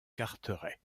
carteret